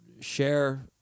share